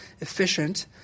efficient